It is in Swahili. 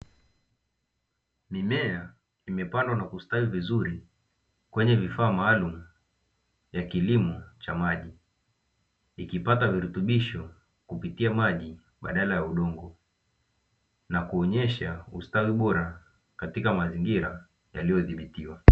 Mimea imepandwa na kustawi vizuri kwenye vifaa maalumu ya kilimo cha maji ikipata virutubisho kupitia maji badala ya udongo nakuonyesha ustawi bora katika mazingira yaliyodhibitiwa.